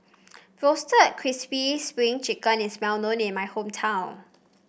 Roasted Crispy Spring Chicken is well known in my hometown